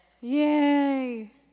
Yay